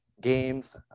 games